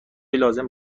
لازم